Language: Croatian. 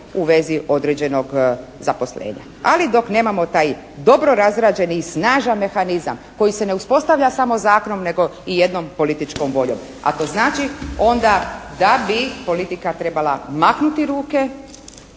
u vezi određenog zaposlenja. Ali dok nemamo taj dobro razrađeni i snažan mehanizam koji se ne uspostavlja samo zakonom nego i jednom političkom voljom. A to znači onda da bi politika trebala maknuti ruke,